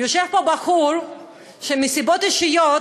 יושב פה בחור שמסיבות אישיות